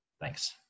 Thanks